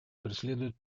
преследует